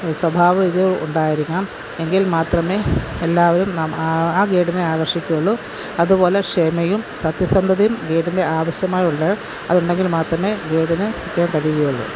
സ്വഭാവ ഇതും ഉണ്ടായിരിക്കണം എങ്കില് മാത്രമേ എല്ലാവരും ആ ഗെയ്ഡിനെ ആകര്ഷിക്കുകയുളളൂ അതുപോലെ ക്ഷമയും സത്യസന്ധതയും ഗെയ്ഡിന് ആവശ്യമായുണ്ട് അതുണ്ടെങ്കില് മാത്രമേ ഗെയ്ഡിന് കഴിയുകയുളളൂ